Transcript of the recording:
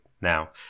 now